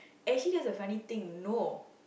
actually that's the funny thing no